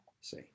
See